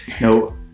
no